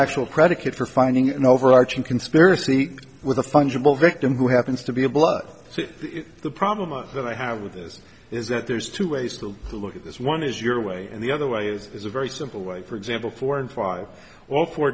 factual predicate for finding an overarching conspiracy with a fungible victim who happens to be a blood so the problem that i have with this is that there's two ways to look at this one is your way and the other way is a very simple way for example four and five well for